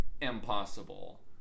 impossible